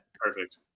Perfect